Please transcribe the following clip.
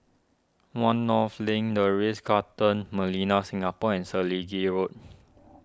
one North Link the Ritz Carlton Millenia Singapore and Selegie Road